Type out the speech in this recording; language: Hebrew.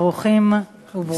ברוכים וברוכות הבאות,